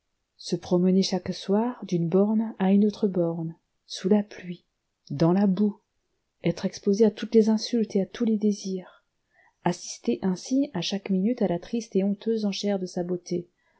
rien se promener chaque soir d'une borne à une autre borne sous la pluie dans la boue être exposée à toutes les insultes et à tous les désirs assister ainsi à chaque minute à la triste et honteuse enchère de sa beauté